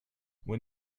when